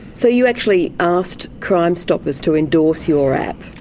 so you actually asked crime stoppers to endorse your app.